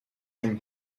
from